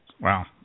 Wow